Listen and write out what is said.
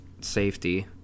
safety